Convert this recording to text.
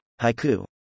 Haiku